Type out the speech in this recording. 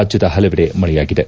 ರಾಜ್ದದ ಪಲವೆಡೆ ಮಳೆಯಾಗಿದೆ